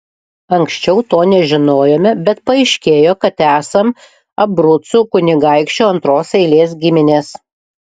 anksčiau to nežinojome bet paaiškėjo kad esam abrucų kunigaikščio antros eilės giminės